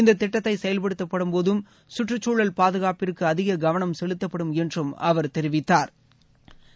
இந்த திட்டத்தை செயல்படுத்தும்போது கற்றுச்சூழல் பாதுகாப்பிற்கு அதிக கவணம் செலுத்தப்படும் என்றும் அவர் தெரிவித்தாா்